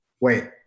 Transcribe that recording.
Wait